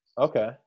okay